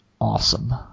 awesome